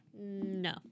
No